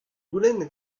goulennet